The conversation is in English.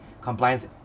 compliance